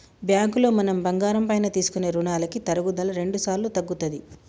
బ్యాంకులో మనం బంగారం పైన తీసుకునే రుణాలకి తరుగుదల రెండుసార్లు తగ్గుతది